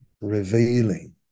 revealing